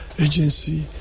agency